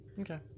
Okay